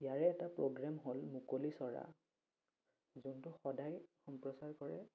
ইয়াৰে এটা প্ৰগ্ৰেম হ'ল মুকলি চৰা যোনটো সদায় সম্প্ৰচাৰ কৰে